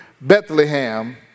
Bethlehem